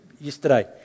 yesterday